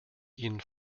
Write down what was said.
ihn